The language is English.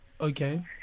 Okay